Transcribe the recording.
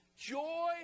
joy